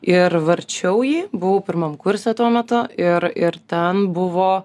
ir varčiau jį buvau pirmam kurse tuo metu ir ir ten buvo